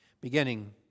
beginning